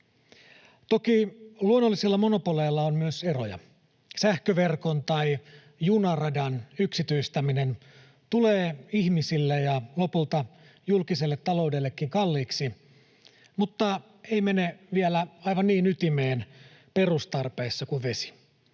Toki luonnollisilla monopoleilla on myös eroja. Sähköverkon tai junaradan yksityistäminen tulee ihmisille ja lopulta julkiselle taloudellekin kalliiksi, mutta ei mene vielä aivan niin ytimeen perustarpeissa kuin vesi.